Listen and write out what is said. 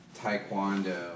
Taekwondo